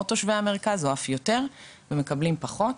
תושבי המרכז או אף יותר ומקבלים פחות.